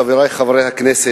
חברי חברי הכנסת,